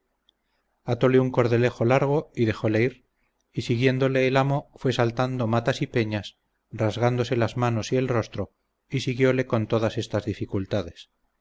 atole un cordelejo largo y dejóle ir y siguiéndole el amo fue saltando matas y peñas rasgándose las manos y el rostro y siguiole con todas estas dificultades